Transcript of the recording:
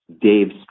Dave